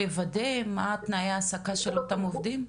לוודא מה תנאי ההעסקה של אותם עובדים?